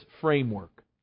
framework